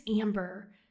Amber